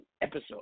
episode